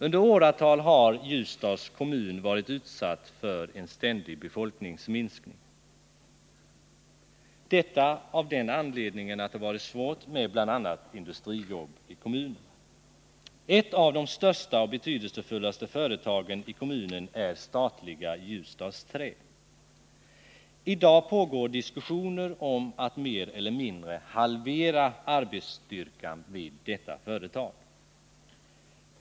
Under åratal har dig befolkningsminskning. Detta av Ljusdals kommun varit utsatt för en s den anledningen att det varit svårt att få bl.a. industrijobb i kommunen. Ett av de största och betydelsefullaste företagen i kommunen är statliga Ljusdals Trä. I dag pågår diskussioner om att mer eller mindre halvera arbetsstyrkan vid detta företag.